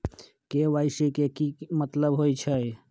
KYC के कि मतलब होइछइ?